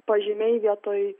pažymiai vietoj